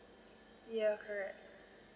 ya correct